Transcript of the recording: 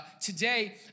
today